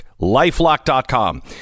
Lifelock.com